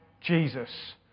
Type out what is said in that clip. Jesus